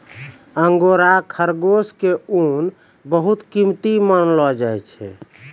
angora खरगोश के ऊन बहुत कीमती मानलो जाय छै